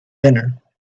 dinner